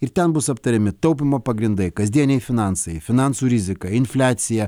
ir ten bus aptariami taupymo pagrindai kasdieniai finansai finansų rizika infliacija